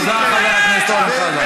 תודה, חבר הכנסת אורן חזן.